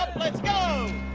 let's go!